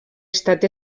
estat